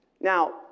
Now